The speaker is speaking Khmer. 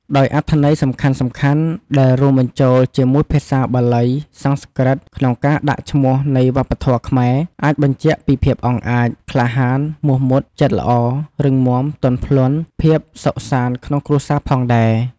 ដោយអត្ថន័យសំខាន់ៗដែលរួមបញ្ជូលជាមួយភាសាបាលី សំស្រ្កឹតក្នុងការដាក់ឈ្មោះនៃវប្បធម៌ខ្មែរ អាចបញ្ជាក់ពីភាពអង់អាច ក្លាហាន មុះមុត ចិត្តល្អ រឹងមាំ ទន់ភ្លន់ ភាពសុខសាន្តក្នុងគ្រួសារផងដែរ។